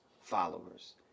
followers